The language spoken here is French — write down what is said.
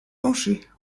pencher